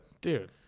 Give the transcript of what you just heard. Dude